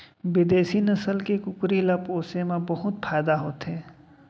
बिदेसी नसल के कुकरी ल पोसे म बहुत फायदा होथे